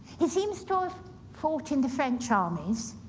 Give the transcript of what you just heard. he seems to have fought in the french armies.